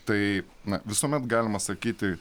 tai na visuomet galima sakyti